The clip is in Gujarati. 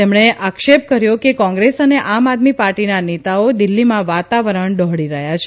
તેમણે આક્ષેપ કર્યો કે કોંગ્રેસ અને આમ આદમી પાર્ટીના નેતાઓ દિલ્હીમાં વાતાવરણ ડહોળી રહયાં છે